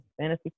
Fantasy